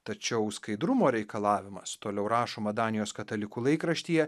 tačiau skaidrumo reikalavimas toliau rašoma danijos katalikų laikraštyje